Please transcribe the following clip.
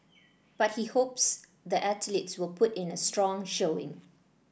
but he hopes the athletes will put in a strong showing